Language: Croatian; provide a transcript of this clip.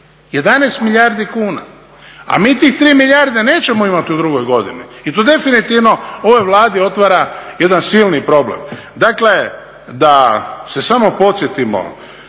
11 milijardi kuna. A mi tih 3 milijardi nećemo imati u drugoj godini i to definitivno ovoj Vladi otvara jedan silni problem. Dakle, da se samo podsjetimo,